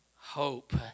hope